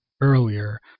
earlier